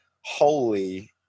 holy